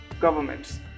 governments